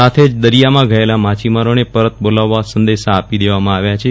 સાથે જ દરિથામાં ગયેલા માછીમારીને પરત બોલાવવા સંદેશ આપી દેવામાં આવ્યા છે